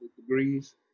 degrees